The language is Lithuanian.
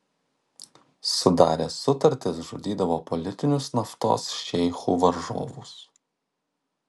sudaręs sutartis žudydavo politinius naftos šeichų varžovus